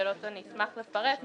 תפרטי עוד פעם.